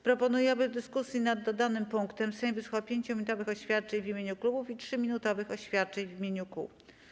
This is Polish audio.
Proponuję, aby w dyskusji nad dodanym punktem Sejm wysłuchał 5-minutowych oświadczeń w imieniu klubów i 3-minutowych oświadczeń w imieniu kół.